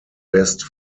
best